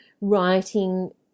writing